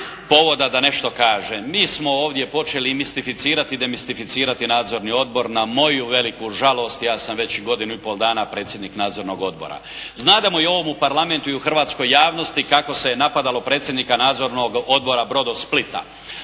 povoda da nešto kažem. Mi smo ovdje počeli mistificirati i demistificirati nadzorni odbor, na moju veliku žalost, ja sam već godinu i pol dana predsjednik nadzornog odbor. Znademo u ovom Parlamentu i u hrvatskoj javnosti kako se je napadalo predsjednika nadzornoga odbora Brodosplita.